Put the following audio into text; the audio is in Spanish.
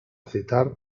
citar